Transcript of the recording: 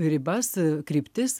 ribas kryptis